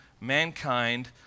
mankind